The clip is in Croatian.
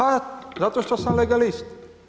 A, zato što sam legalist.